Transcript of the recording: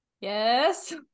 Yes